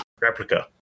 replica